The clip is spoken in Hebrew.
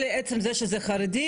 אלא עצם זה שזה חרדי,